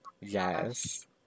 Yes